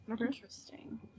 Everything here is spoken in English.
Interesting